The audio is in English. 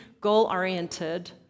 goal-oriented